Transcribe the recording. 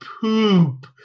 poop